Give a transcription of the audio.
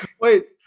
Wait